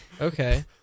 Okay